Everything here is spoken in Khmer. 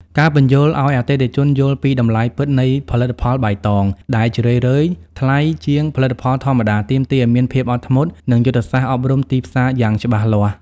ការពន្យល់ឱ្យអតិថិជនយល់ពី "តម្លៃពិត" នៃផលិតផលបៃតង (ដែលជារឿយៗថ្លៃជាងផលិតផលធម្មតា) ទាមទារឱ្យមានភាពអត់ធ្មត់ និងយុទ្ធសាស្ត្រអប់រំទីផ្សារយ៉ាងច្បាស់លាស់។